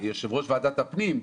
יושב-ראש ועדת הפנים,